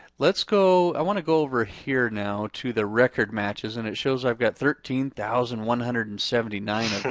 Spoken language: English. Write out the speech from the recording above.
let's go, i want to go over here now to the record matches and it shows i've got thirteen thousand one hundred and seventy nine